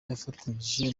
afatanyije